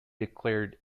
declared